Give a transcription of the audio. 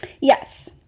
yes